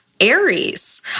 Aries